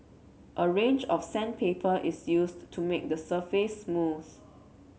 a range of sandpaper is used to make the surface smooth